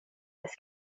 this